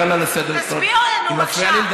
תסביר לנו איך הכנסת